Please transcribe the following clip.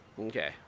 Okay